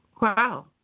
Wow